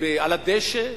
על הדשא.